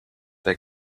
they